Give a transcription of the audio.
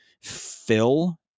fill